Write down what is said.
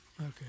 Okay